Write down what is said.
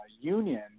union